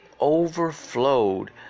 overflowed